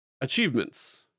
Achievements